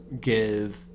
give